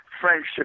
friendship